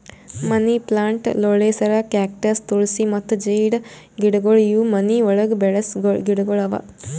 ಮನಿ plant, ಲೋಳೆಸರ, cactus, tulsi ಮತ್ತ ಜೀಡ್ ಗಿಡಗೊಳ್ ಇವು ಮನಿ ಒಳಗ್ ಬೆಳಸ ಗಿಡಗೊಳ್ ಅವಾ